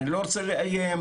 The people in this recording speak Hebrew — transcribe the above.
אני לא רוצה לאיים,